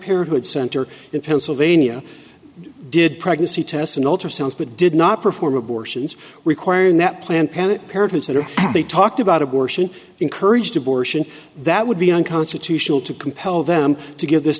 parenthood center in pennsylvania did pregnancy tests and ultrasounds but did not perform abortions requiring that planned panic parents that are they talked about abortion encouraged abortion that would be unconstitutional to compel them to give this